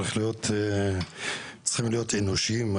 צריכים להיות אנושיים.